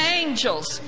angels